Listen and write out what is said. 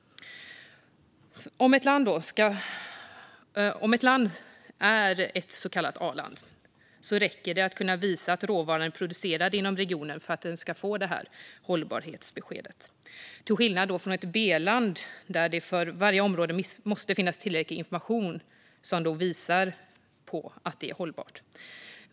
Om ett land är ett så kallat A-land räcker det alltså att kunna visa att råvaran är producerad inom regionen för att den ska få det här hållbarhetsbeskedet, till skillnad från ett B-land där det för varje område måste finnas tillräcklig information som visar att det är hållbart.